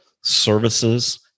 services